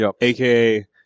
aka